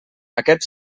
aquest